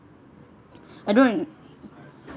I don't